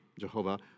Jehovah